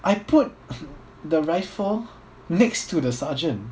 I put the rifle next to the sergeant